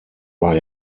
war